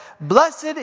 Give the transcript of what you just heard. Blessed